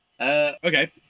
Okay